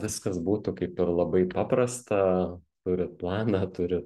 viskas būtų kaip ir labai paprasta turit planą turit